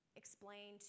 explain